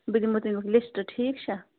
بہٕ دِمَہو تَمیُک لِسٹہٕ ٹھیٖک چھا